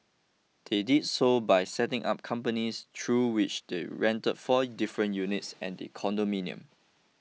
did they so by setting up companies through which they rented four different units at the condominium